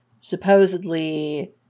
supposedly